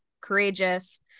courageous